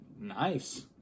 Nice